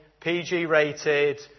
PG-rated